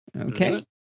Okay